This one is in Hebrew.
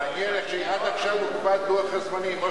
צריך להקפיד על לוח הזמנים.